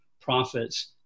prophets